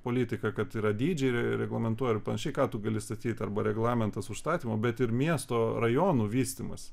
politiką kad yra dydžiai yra ir reglamentų ar panašiai ką tu gali statyt arba reglamentas užstatymo bet ir miesto rajonų vystymas